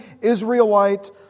Israelite